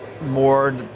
more